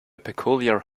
peculiar